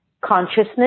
consciousness